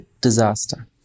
disaster